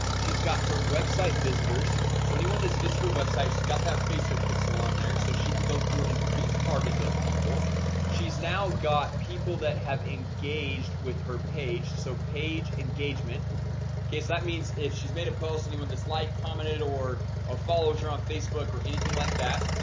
she's got her website visitors. so anyone this visitor web site she's got that facebook pixel on there so she can go through and retarget those people she's now got people that have engaged with her page. so page engagement okay, so that means if she's made a post anyone this light commented or or follows her on facebook or anything like that.